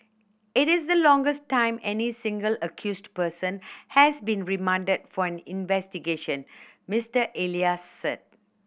it is the longest time any single accused person has been remanded for an investigation Mister Elias said